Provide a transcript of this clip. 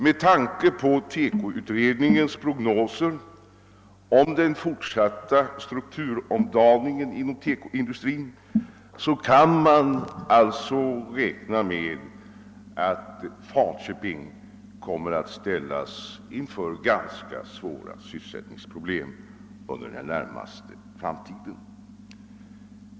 Med tanke på TEKO utredningens prognoser om den fortsatta strukturomdaningen inom TEKO industrin kan man därför räkna med att Falköping kommer att ställas inför ganska svåra sysselsättningsproblem under den närmaste framtiden.